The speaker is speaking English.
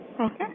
Okay